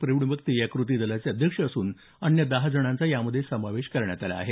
प्रविण वक्ते या कुती दलाचे अध्यक्ष असून अन्य दहा जणांचा यामध्ये समावेश करण्यात आहे